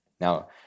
Now